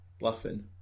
laughing